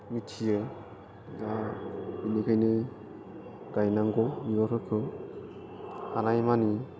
मिथियो दा बिनिखायनो गायनांगौ बिबारफोरखौ हानायमानि